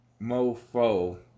mofo